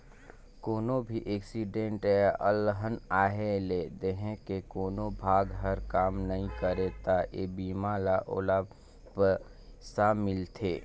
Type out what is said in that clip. कोनो भी एक्सीडेंट य अलहन आये ले देंह के कोनो भाग हर काम नइ करे त ए बीमा ले ओला पइसा मिलथे